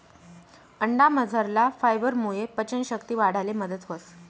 अंडामझरला फायबरमुये पचन शक्ती वाढाले मदत व्हस